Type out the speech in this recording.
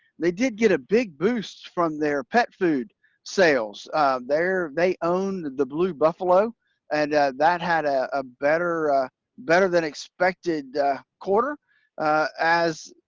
they did get a big boost from their pet food sales there. they own the blue buffalo and that had a ah better better than expected quarter as.